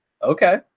okay